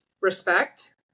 respect